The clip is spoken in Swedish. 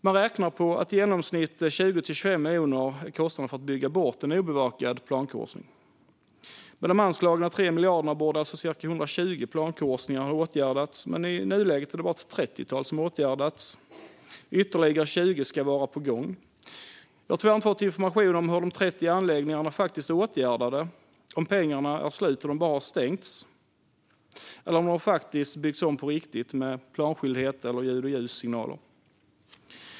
Man räknar med att kostnaden för att bygga bort en obevakad plankorsning är i genomsnitt 20-25 miljoner. Med de anslagna 3 miljarderna borde alltså cirka 120 plankorsningar ha åtgärdats, men i nuläget är det bara ett trettiotal som har åtgärdats; ytterligare 20 ska vara på gång. Jag har tyvärr inte fått information om hur de 30 anläggningarna faktiskt är åtgärdade - om pengarna är slut och de bara har stängts eller om de faktiskt byggts om på riktigt, med planskildhet eller ljud och ljussignaler.